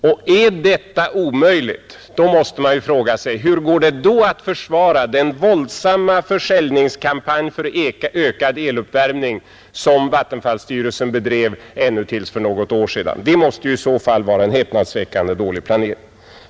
Och är detta omöjligt måste man ju fråga sig: Går det då att försvara den våldsamma försäljningskampanj för ökad eluppvärmning som vattenfallsstyrelsen bedrev ännu till för något år sedan? Det måste ju i så fall vara en häpnadsväckande dålig planering.